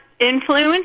influence